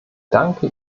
danke